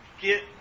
get